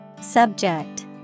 Subject